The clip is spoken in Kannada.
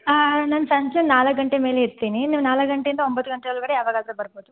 ಹಾಂ ನಾನು ಸಂಜೆ ನಾಲ್ಕು ಗಂಟೆ ಮೇಲೆ ಇರ್ತೀನಿ ನೀವು ನಾಲ್ಕು ಗಂಟೆಯಿಂದ ಒಂಬತ್ತು ಗಂಟೆ ಒಳಗಡೆ ಯಾವಾಗಾದ್ರೂ ಬರ್ಬೋದು